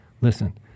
listen